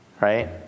right